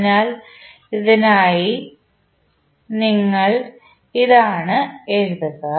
അതിനാൽ ഇതിനായി നിങ്ങൾ എന്താണ് എഴുതുക